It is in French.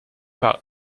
par